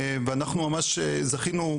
ואנחנו ממש זכינו,